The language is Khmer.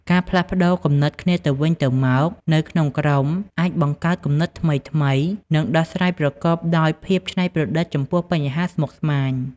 ការផ្លាស់ប្តូរគំនិតគ្នាទៅវិញទៅមកនៅក្នុងក្រុម អាចបង្កើតគំនិតថ្មីៗ និងដំណោះស្រាយប្រកបដោយភាពច្នៃប្រឌិតចំពោះបញ្ហាស្មុគស្មាញ។